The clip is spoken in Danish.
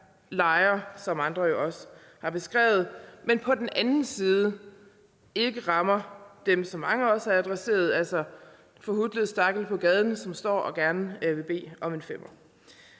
som andre også har beskrevet, men på den anden side ikke rammer dem, som mange også har adresseret, altså en forhutlet stakkel på gaden, som står og gerne vil bede om en femmer.